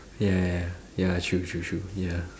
ya ya ya true true true ya